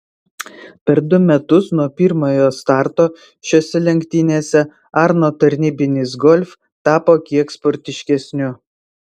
per du metus nuo pirmojo starto šiose lenktynėse arno tarnybinis golf tapo kiek sportiškesniu